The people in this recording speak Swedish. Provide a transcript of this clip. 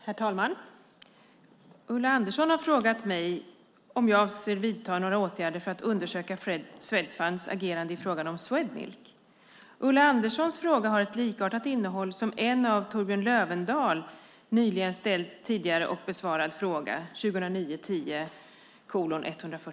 Herr talman! Ulla Andersson har frågat mig om jag avser att vidta några åtgärder för att undersöka Swedfunds agerande i fråga om Swedmilk. Ulla Anderssons fråga har ett likartat innehåll som en av Torbjörn Lövendahl nyligen tidigare ställd och besvarad fråga .